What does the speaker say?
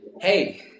hey